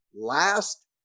last